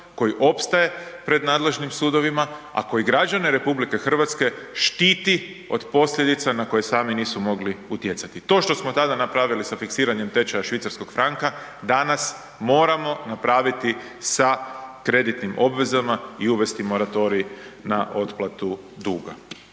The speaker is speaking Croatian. koji opstaje pred nadležnim sudovima, a koji građane RH štiti od posljedica na koje sami nisu mogli utjecati. To što smo tada napravili sa fiksiranjem tečaja švicarskog franka, danas moramo napraviti sa kreditnim obvezama i uvesti moratorij na otplatu duga.